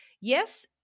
yes